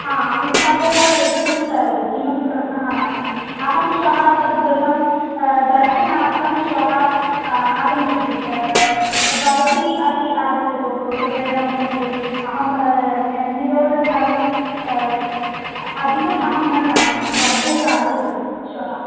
आ तदेव चूस् करोतु किमपि प्रश्नः नास्ति अहं श्वः तद् गृहं दर्शनार्थं श्वः आगमिष्यति भवती अपि आगच्छतु कृपया मम कृते अहम् एम् जी रोड् सर्वम् अधिकम् अहं न जानामि भवती अपि आगच्छतु श्वः